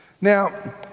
Now